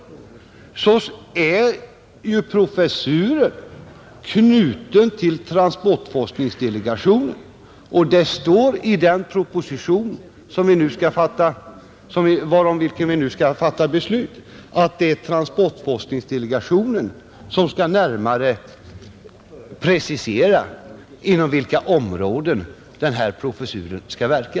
Jag vill på nytt understryka att professuren är knuten till transportforskningsdelegationen, Det står i den proposition varom vi nu skall fatta beslut att transportforskningsdelegationen skall närmare precisera inom vilka områden denna professur skall verka,